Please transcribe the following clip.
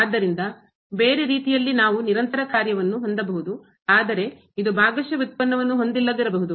ಆದ್ದರಿಂದ ಬೇರೆ ರೀತಿಯಲ್ಲಿ ನಾವು ನಿರಂತರ ಕಾರ್ಯವನ್ನು ಹೊಂದಬಹುದು ಆದರೆ ಇದು ಭಾಗಶಃ ವ್ಯುತ್ಪನ್ನವನ್ನು ಹೊಂದಿಲ್ಲದಿರಬಹುದು